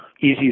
Easy